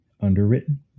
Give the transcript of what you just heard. underwritten